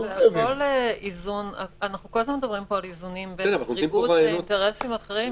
אנחנו כל הזמן מדברים פה על איזונים בין אינטרסים אחרים.